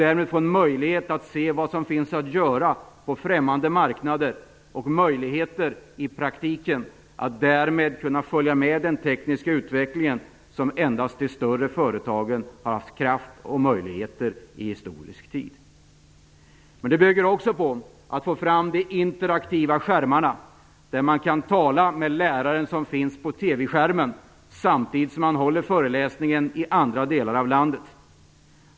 Därmed får man en möjlighet att se vad som finns att göra på främmande marknader och praktisk möjlighet att därmed följa med i den tekniska utveckling som endast de större företagen har haft kraft och möjlighet till i historisk tid. Detta bygger också på att vi får fram de interaktiva skärmarna, så att man kan tala med läraren som finns på TV-skärmen samtidigt som han håller föreläsningen i en annan del av landet.